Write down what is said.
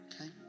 okay